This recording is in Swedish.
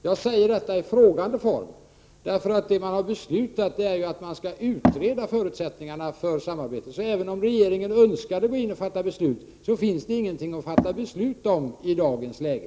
Jag säger detta i frågande form, därför att det som beslutats är ju att man skall utreda förutsättningarna för samarbete. Så även om regeringen önskade gå in och fatta beslut, finns det ingenting att fatta beslut om i dagens läge.